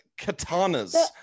katanas